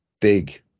big